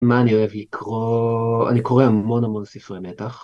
מה אני אוהב לקרוא? אני קורא המון המון ספרי מתח.